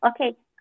Okay